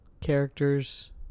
characters